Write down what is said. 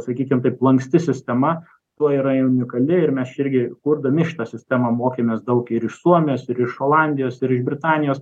sakykim taip lanksti sistema tuo yra jin unikali ir mes čia irgi kurdami šitą sistemą mokėmės daug ir iš suomijos ir iš olandijos ir iš britanijos